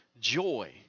joy